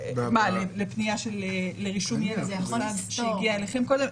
לפנייה לרישום שהגיע אליכם קודם?